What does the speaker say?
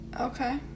Okay